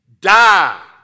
die